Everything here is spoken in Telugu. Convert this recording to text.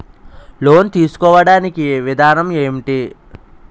లోన్ తీసుకోడానికి విధానం ఏంటి?